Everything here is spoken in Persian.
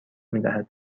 میدهد